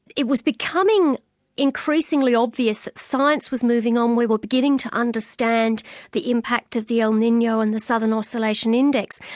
it was becoming increasingly obvious that science was moving on, we were beginning to understand the impact of the el nino and the southern oscillation index,